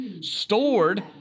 stored